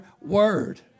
word